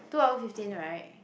two hour fifteen right